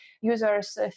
users